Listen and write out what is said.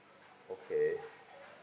okay